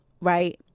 right